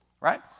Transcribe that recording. right